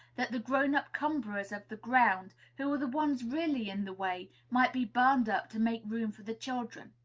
that the grown-up cumberers of the ground, who are the ones really in the way, might be burned up, to make room for the children.